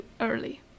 early